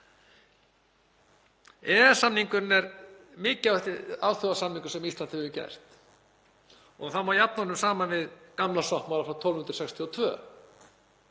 EES-samningurinn er mikilvægasti alþjóðasamningur sem Ísland hefur gert og það má jafna honum saman við Gamla sáttmála frá 1262